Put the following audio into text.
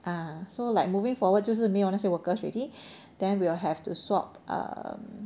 ah so like moving forward 就是没有那些 workers already then we'll have to swab um